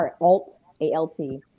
alt-A-L-T